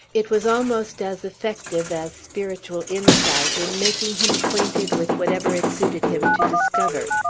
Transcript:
it was almost as effective as spiritual insight in making him acquainted with whatever it suited him to discover.